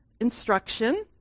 instruction